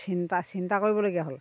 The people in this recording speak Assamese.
চিন্তা চিন্তা কৰিবলগীয়া হ'ল